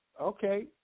Okay